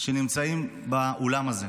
שנמצאים באולם הזה.